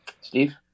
Steve